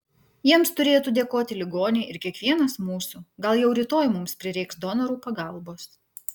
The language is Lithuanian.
jiems turėtų dėkoti ligoniai ir kiekvienas mūsų gal jau rytoj mums prireiks donorų pagalbos